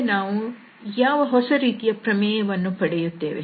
ಈಗ ನಾವು ಯಾವ ರೀತಿಯ ಹೊಸ ಪ್ರಮೇಯ ವನ್ನು ಪಡೆಯುತ್ತೇವೆ